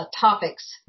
topics